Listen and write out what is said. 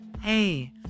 Hey